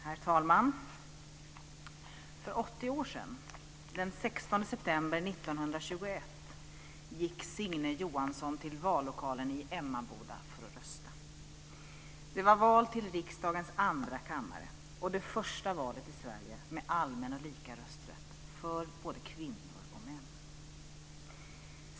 Herr talman! För 80 år sedan, den 16 september 1921, gick Signe Johansson till vallokalen i Emmaboda för att rösta. Det var val till riksdagens andra kammare och det var det första valet i Sverige med allmän och lika rösträtt för både kvinnor och män.